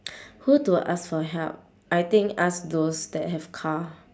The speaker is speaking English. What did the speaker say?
who to ask for help I think ask those that have car